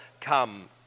come